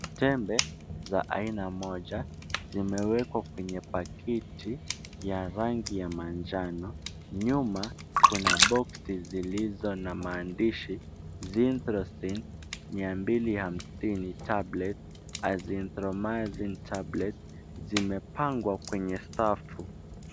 Tembe za aina moja, zimewekwa kwenye paketi ya rangi ya manjano. Nyuma kuna boksi zilizo na maandishi Zinthrocine 250 tablets azinthromining tablets, zimepangwa kwenye safu.